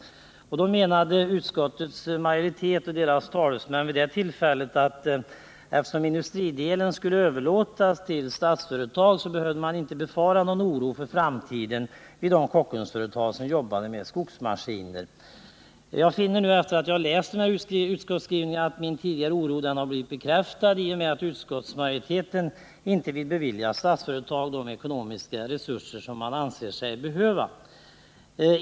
Utskottsmajoritetens talesmän menade då att eftersom industridelen skulle överlåtas till Statsföretag behövde man inte hysa någon oro för framtiden vid de Kockumsföretag som jobbade med skogsmaskiner. Jag finner nu, efter det att jag läst utskottsskrivningen, att min tidigare oro blivit bekräftad i och med att utskottsmajoriteten inte vill bevilja Statsföretag de ekonomiska resurser som Statsföretag anser sig behöva.